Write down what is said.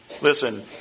Listen